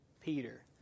Peter